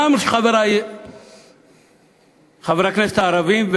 גם של חברי חברי הכנסת הערבים,